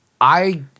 I-